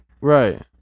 Right